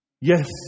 Yes